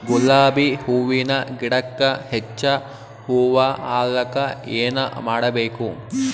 ಗುಲಾಬಿ ಹೂವಿನ ಗಿಡಕ್ಕ ಹೆಚ್ಚ ಹೂವಾ ಆಲಕ ಏನ ಮಾಡಬೇಕು?